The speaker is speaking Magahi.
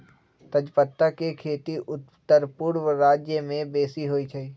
तजपत्ता के खेती उत्तरपूर्व राज्यमें बेशी होइ छइ